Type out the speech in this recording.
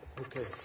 Okay